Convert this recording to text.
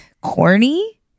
corny